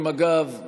עם הגב,